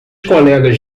colegas